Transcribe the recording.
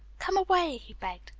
come away, he begged.